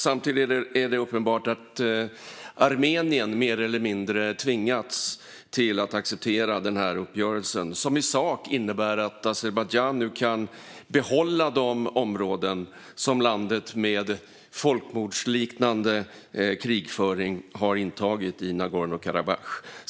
Samtidigt är det uppenbart att Armenien mer eller mindre tvingats till att acceptera uppgörelsen, som i sak innebär att Azerbajdzjan nu kan behålla de områden som landet, med hjälp av folkmordsliknande krigföring, har intagit i Nagorno-Karabach.